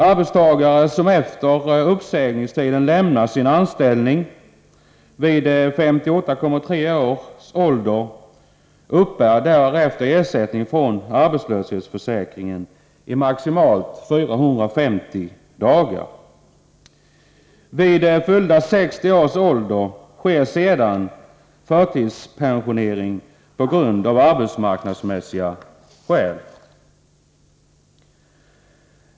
Arbetstagare, som efter uppsägning lämnar sin anställning vid 58,3 års ålder, uppbär därefter ersättning från arbetslöshetsförsäkringen i maximalt 450 dagar. Vid 60 års ålder sker sedan förtidspensionering av arbetsmarknadsmässiga skäl.